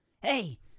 Hey